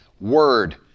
Word